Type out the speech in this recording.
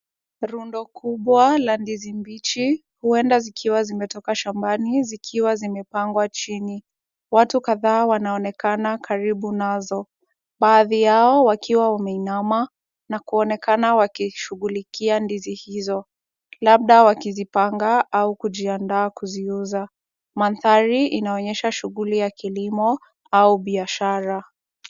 Rundo kubwa la ndizi mbichi huenda zikiwa zimetoka shambani zikiwa zimepangwa chini. Watu kadhaa wanaonekana karibu nazo baadhi yao wakiwa wameinama na kuonekana wakishugulikia ndizi hizo labda wakizipanga au kujiandaa kuziuza. Mandhari inaonyesha shughuli ya kilimo au biashara.